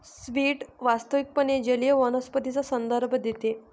seaweed वास्तविकपणे जलीय वनस्पतींचा संदर्भ देते